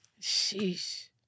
Sheesh